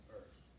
earth